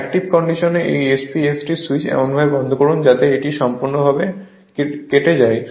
active কন্ডিশনে এই SP ST সুইচটি এমনভাবে বন্ধ করুন যাতে এটি সম্পূর্ণভাবে কেটে যায়